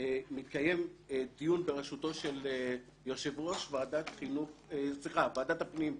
מתקיים דיון בראשותו של יושב-ראש ועדת הפנים,